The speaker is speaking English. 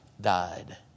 died